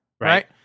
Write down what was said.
Right